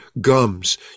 gums